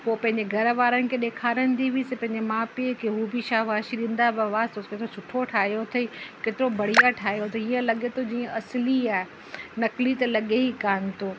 पोइ पंहिंजे घरवारानि खे ॾेखारींदी हुइसि पंहिंजे माउ पीउ खे हू बि शाबाशी ॾींदा हुआ वाह तूं त सुठो ठाहियो अथई केतिरो बढ़िया ठाहियो अथई लॻे थो जीअं असुल आहे नकली त लॻे ई कोन्ह थो